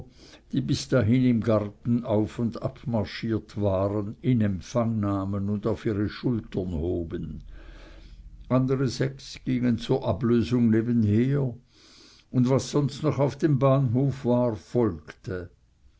die bis dahin im garten auf und ab marschiert waren in empfang nahmen und auf ihre schultern hoben andere sechs gingen zur ablösung nebenher und was sonst noch auf dem bahnhof war folgte